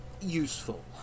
useful